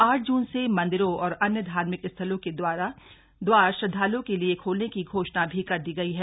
आठ जून से मंदिरों और अन्य धार्मिक स्थलों के द्वार श्रद्धालुओं के लिए खोलने की घोषणा भी कर दी गई है